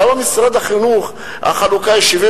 למה במשרד החינוך החלוקה היא 75